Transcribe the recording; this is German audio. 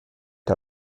der